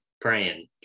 praying